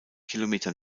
kilometer